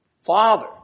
Father